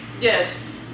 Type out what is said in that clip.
Yes